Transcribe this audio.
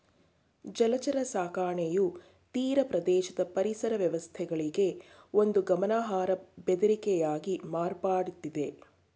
ಜಲಚರ ಸಾಕಣೆಯು ತೀರಪ್ರದೇಶದ ಪರಿಸರ ವ್ಯವಸ್ಥೆಗಳಿಗೆ ಒಂದು ಗಮನಾರ್ಹ ಬೆದರಿಕೆಯಾಗಿ ಮಾರ್ಪಡ್ತಿದೆ